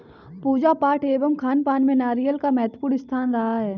पूजा पाठ एवं खानपान में नारियल का महत्वपूर्ण स्थान रहा है